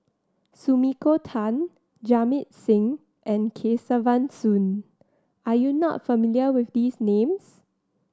Sumiko Tan Jamit Singh and Kesavan Soon are you not familiar with these names